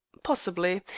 possibly.